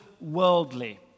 worldly